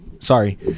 Sorry